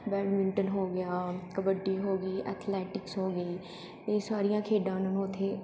badminton ਹੋ ਗਿਆ ਕਬੱਡੀ ਹੋ ਗਈ ਐਥਲੈਟਿਕਸ ਹੋ ਗਈ ਇਹ ਸਾਰੀਆਂ ਖੇਡਾਂ ਉਹਨਾਂ ਨੂੰ ਉੱਥੇ